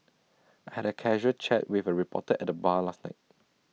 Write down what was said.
I had A casual chat with A reporter at the bar last night